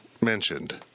mentioned